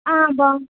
బావుం